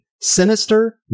sinister